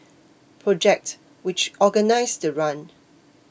project which organised the run